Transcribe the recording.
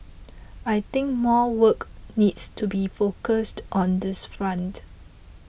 I think more work needs to be focused on this front